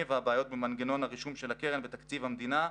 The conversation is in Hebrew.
והבעיות במנגנון הרישום של הקרן בתקציב המדינה.